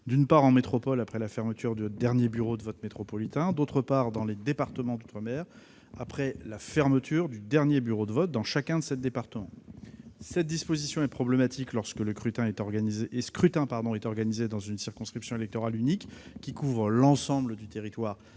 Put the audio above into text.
d'une part, en métropole après la fermeture du dernier bureau de vote métropolitain et, d'autre part, dans les départements d'outre-mer après la fermeture du dernier bureau de vote dans chacun de ces départements. Cette disposition est problématique, lorsque le scrutin est organisé dans une circonscription électorale unique qui couvre l'ensemble du territoire